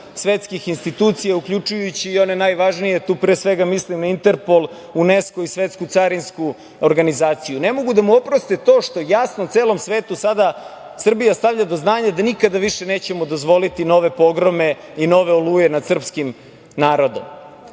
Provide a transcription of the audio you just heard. svetskih institucija, uključujući i one najvažnije, tu pre svega mislim na Interpol, Unesko i Svetsku carinsku organizaciju. Ne mogu da mu oproste to što jasno celom svetu sada Srbija stavlja do znanja da nikada više nećemo dozvoliti nove pogrome i nove „oluje“ nad srpskim narodom.